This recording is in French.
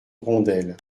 rondelles